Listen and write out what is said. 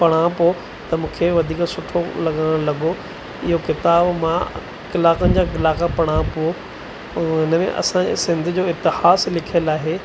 पढ़ां पोइ त मूंखे वधीक सुठो लॻण लॻो इहो किताब मां कलाकनि जा कलाकु पढ़ां पोइ हुन में असांजे सिंध जो इतिहास लिखियल आहे